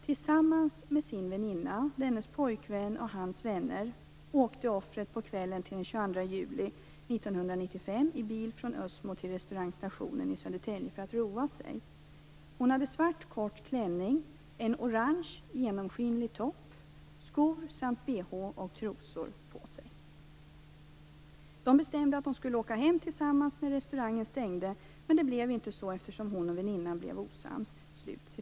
Tillsammans med sin väninna, dennes pojkvän och hans vänner åkte offret på kvällen till den 22 juli 1995 i bil från Ösmo till restaurang Stationen i Södertälje för att roa sig. Hon hade svart kort klänning, en orange genomskinlig topp, skor samt behå och trosor på sig. De bestämde att de skulle åka hem tillsammans när restaurangen stängde, men det blev inte så eftersom hon och väninnan blev osams.